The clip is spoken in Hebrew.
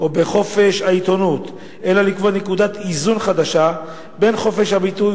או בחופש העיתונות אלא לקבוע נקודת איזון חדשה בין חופש הביטוי